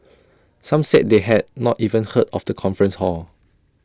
some said they had not even heard of the conference hall